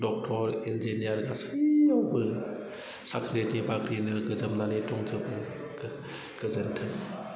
doctor engineer गासैयावबो साख्रिनि बाख्रिनो गोजोमनानै दंजोबो गोजोनथों